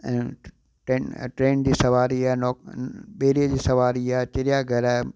ऐं ट्रेन जी सवारी आहे ॿेड़ीअ जी सवारी आहे चिड़िया घरु आहे